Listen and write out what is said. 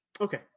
Okay